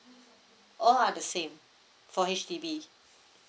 all are the same for H_D_B